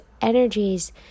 energies